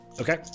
Okay